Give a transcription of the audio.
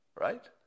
Right